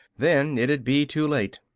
then it'd be too late.